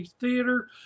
Theater